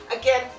again